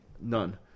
None